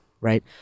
right